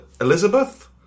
Elizabeth